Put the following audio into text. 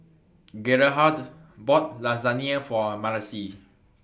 Gerhardt bought Lasagne For Marcie